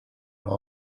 los